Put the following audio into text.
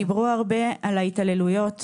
דיברו הרבה על ההתעללויות.